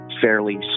fairly